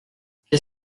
qu’est